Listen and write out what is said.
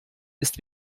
ist